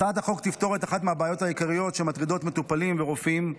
הצעת החוק תפתור את אחת מהבעיות העיקריות שמטרידות מטופלים ורופאים,